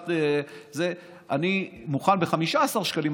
אני מוכן ב-15 שקלים,